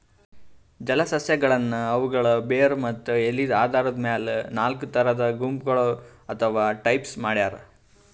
ಜಲಸಸ್ಯಗಳನ್ನ್ ಅವುಗಳ್ ಬೇರ್ ಮತ್ತ್ ಎಲಿದ್ ಆಧಾರದ್ ಮೆಲ್ ನಾಲ್ಕ್ ಥರಾ ಗುಂಪಗೋಳ್ ಅಥವಾ ಟೈಪ್ಸ್ ಮಾಡ್ಯಾರ